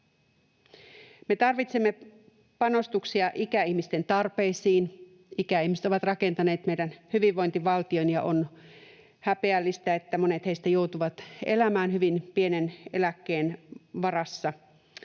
Me tarvitsemme panostuksia ikäihmisten tarpeisiin. Ikäihmiset ovat rakentaneet meidän hyvinvointivaltion, ja on häpeällistä, että monet heistä joutuvat elämään hyvin pienen eläkkeen varassa.